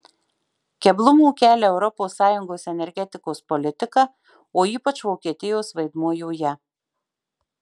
keblumų kelia europos sąjungos energetikos politika o ypač vokietijos vaidmuo joje